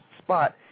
spot